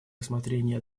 рассмотрение